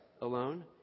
alone